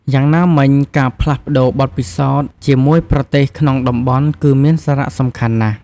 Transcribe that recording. យ៉ាងណាមិញការផ្លាស់ប្ដូរបទពិសោធន៍ជាមួយប្រទេសក្នុងតំបន់គឺមានសារៈសំខាន់ណាស់។